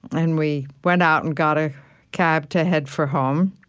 and we went out and got a cab to head for home,